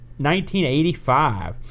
1985